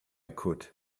could